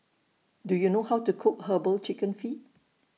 Do YOU know How to Cook Herbal Chicken Feet